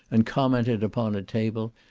and commented upon at table,